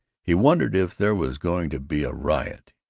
he wondered if there was going to be a riot.